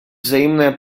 взаимное